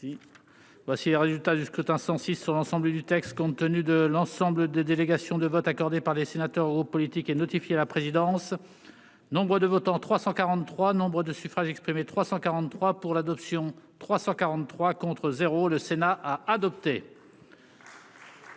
Voici les résultats des scrutins 106 sur l'ensemble du texte, compte tenu de l'ensemble des délégations de vote accordé par les sénateurs au politique et notifié à la présidence, nombre de votants 343 Nombre de suffrages exprimés 343 pour l'adoption 343 contre 0, le Sénat a adopté.